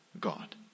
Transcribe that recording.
God